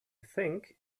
think